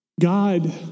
God